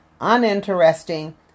uninteresting